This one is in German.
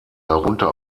darunter